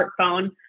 smartphone